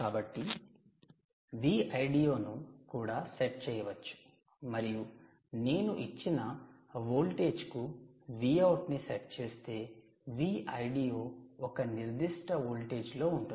కాబట్టి Vldo ను కూడా సెట్ చేయవచ్చు మరియు నేను ఇచ్చిన వోల్టేజ్కు Vout ని సెట్ చేస్తే Vldo ఒక నిర్దిష్ట వోల్టేజ్లో ఉంటుంది